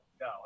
no